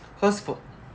cause for